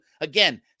Again